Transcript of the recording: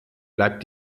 bleibt